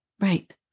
Right